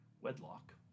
Wedlock